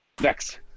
next